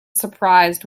surprised